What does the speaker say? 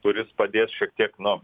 kuris padės šiek tiek nu